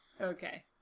Okay